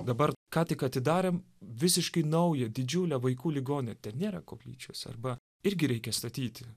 dabar ką tik atidarėm visiškai naują didžiulę vaikų ligoninę ten nėra koplyčios arba irgi reikia statyti